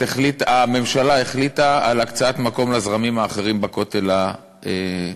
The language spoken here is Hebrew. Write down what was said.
הממשלה החליטה על הקצאת מקום לזרמים האחרים בכותל המערבי.